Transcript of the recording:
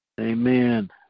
Amen